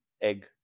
egg